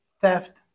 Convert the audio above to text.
theft